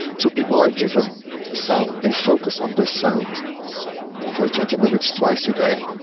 so people are given a sound. they focus on the sound for twenty minutes twice a day